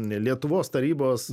lietuvos tarybos